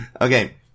Okay